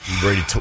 Brady